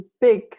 big